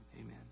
Amen